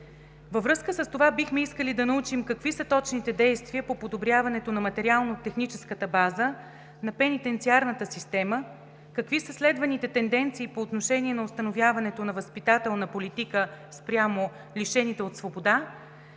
Във връзка с това бихме искали да научим: какви са точните действия по подобряването на материално-техническата база на пенитенциарната система, какви са следваните тенденции по отношение на установяването на възпитателна политика спрямо лишените от свобода,